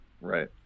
Right